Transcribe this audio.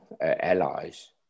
allies